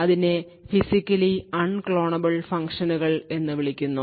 ഇതിനെ physically unclonable ഫംഗ്ഷനുകൾ എന്ന് വിളിക്കുന്നു